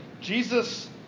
jesus